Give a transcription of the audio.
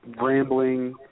rambling